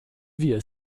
wir